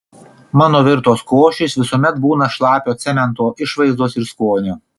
mano virtos košės visuomet būna šlapio cemento išvaizdos ir skonio